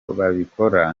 babikora